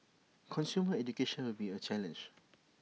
consumer education will be A challenge